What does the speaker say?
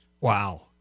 Wow